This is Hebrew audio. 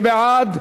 מי בעד?